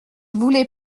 voulait